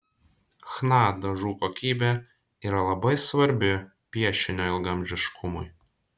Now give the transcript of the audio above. chna dažų kokybė yra labai svarbi piešinio ilgaamžiškumui